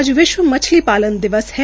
आज विश्व मछली पालन दिवस है